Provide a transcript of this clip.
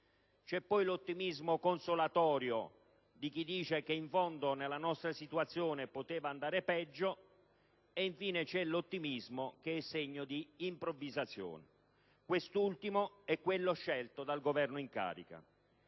c'è poi l'ottimismo consolatorio di chi dice che in fondo nella nostra situazione poteva andare peggio; infine, c'è l'ottimismo che è segno di improvvisazione. Quest'ultimo è quello scelto dal Governo in carica.